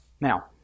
Now